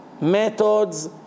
methods